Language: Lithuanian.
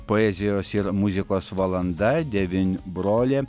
poezijos ir muzikos valanda devynbrolė